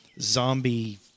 zombie